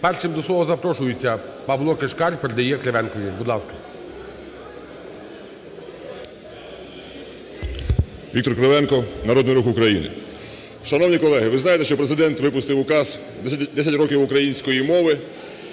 Першим до слова запрошується Павло Кишкар. Передає Кривенкові. Будь ласка. 10:07:04 КРИВЕНКО В.М. Віктор Кривенко, Народний Рух України. Шановні колеги, ви знаєте, що Президент випустив указ "10 років української мови".